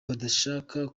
badashaka